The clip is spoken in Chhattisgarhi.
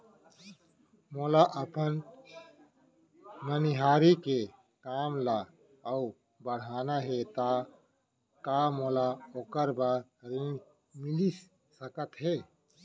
मोला अपन मनिहारी के काम ला अऊ बढ़ाना हे त का मोला ओखर बर ऋण मिलिस सकत हे?